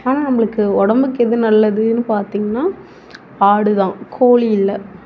ஆனால் நம்மளுக்கு உடம்புக்கு எது நல்லதுன்னு பார்த்திங்கன்னா ஆடுதான் கோழி இல்லை